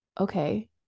okay